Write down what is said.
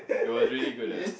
it was really good ah